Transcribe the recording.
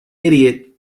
idiot